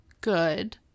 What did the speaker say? good